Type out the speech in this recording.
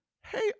Hey